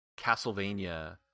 Castlevania